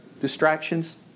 distractions